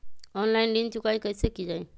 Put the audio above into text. Online ऋण चुकाई कईसे की ञाई?